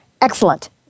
Excellent